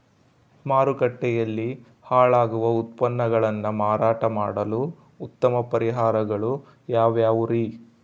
ಮಾರುಕಟ್ಟೆಯಲ್ಲಿ ಹಾಳಾಗುವ ಉತ್ಪನ್ನಗಳನ್ನ ಮಾರಾಟ ಮಾಡಲು ಉತ್ತಮ ಪರಿಹಾರಗಳು ಯಾವ್ಯಾವುರಿ?